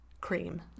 cream